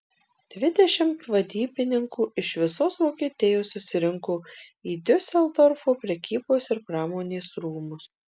dvidešimt vadybininkų iš visos vokietijos susirinko į diuseldorfo prekybos ir pramonės rūmus